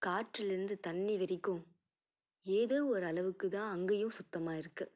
காற்றுலேருந்து தண்ணி வரைக்கும் ஏதோ ஒரு அளவுக்கு தான் அங்கேயும் சுத்தமாக இருக்குது